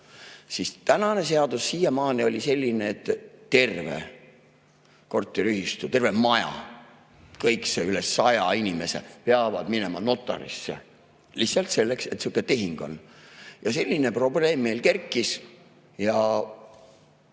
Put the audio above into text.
Siis seadus oli siiamaani selline, et terve korteriühistu, terve maja, kõik see üle saja inimese peavad minema notarisse lihtsalt selleks, et sihuke tehing on. Selline probleem meil kerkis ja